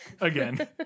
Again